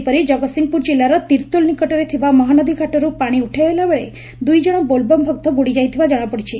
ସେହିପରି ଜଗତସିଂହପୁର ଜିଲ୍ପୁର ତିର୍ଭୋଲ ନିକଟରେ ଥିବା ମହାନଦୀ ଘାଟରୁ ପାଣି ଉଠାଇଲାବେଳେ ଦୁଇଜଶ ବୋଲ୍ବମ୍ ଭକ୍ତ ବୁଡ଼ିଯାଇଥିବା ଜଶାପଡ଼ିଛି